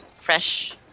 fresh